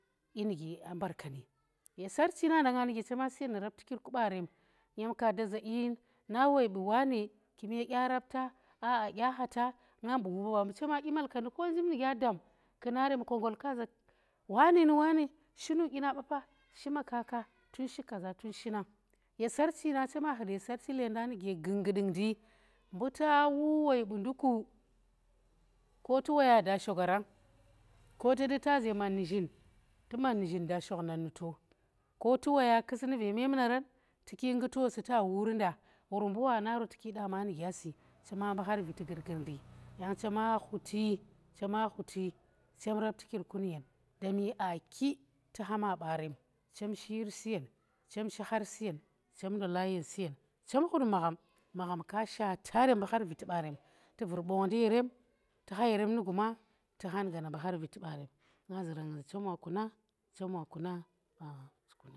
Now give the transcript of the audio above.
dyi nuge a mbarkendi, ye sarchi nanda nga nuge chema suyen nu rapti kir ku barem, yem ka da zai na woi bu wane kume da rapta, aa dya hata ngam bu ba ba mbu chema shi dyi malkandi ko njib nu gya dam kuna rem konggol kaza wane ndi wane shinu dyina bata shima kata tun shi kaza tun shi nang, ye sarchi na chem wa khul ye sarchi lenda nuge gunnggudung ndi mbu ta wuu woi bu nduku ko tu woya da shogarang ko tu woya da shoga rang ko tu du ta za man nu zhin tuman nu zhin da shoknarnu to ko tu wuya kusnu re memunaran tuki ngu tosi ta wa nda wor mbu wana tuki da maa nu gya si chema mbu har gurgundi yany chema khuti, chema khuti chem rapti kir ku nu yen daa mi aa ki tu hama barem chem shi yir suyen chem shi har suyen, chem ndola yen su yen chem khut magham magham ka shata rem khut magham magham ka shata rem mbu har viti barem tu vur bong ndi ye rem tu he yerem nu guma tu han gana mbu har viti barem nga zeran za chem wa kuna.